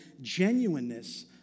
genuineness